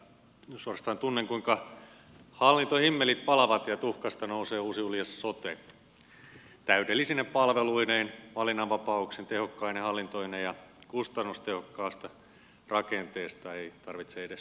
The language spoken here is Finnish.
suorastaan tunnen kuinka hallintohimmelit palavat ja tuhkasta nousee uusi uljas sote täydellisine palveluineen valinnanva pauksineen tehokkaine hallintoineen ja kustannustehokkaasta rakenteesta ei tarvitse edes puhua